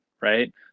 right